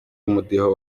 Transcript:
umudiho